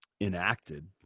enacted